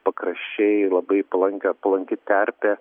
pakraščiai labai palankio palanki terpė